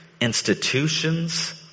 institutions